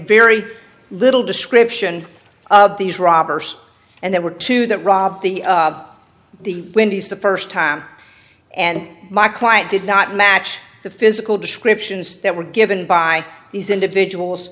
very little description of these robbers and there were two that robbed the the windies the first time and my client did not match the physical descriptions that were given by these individuals